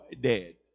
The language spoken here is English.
dead